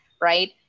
Right